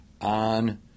on